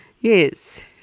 Yes